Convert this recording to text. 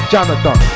Jonathan